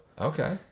Okay